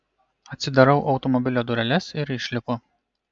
atsidarau automobilio dureles ir išlipu